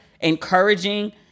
encouraging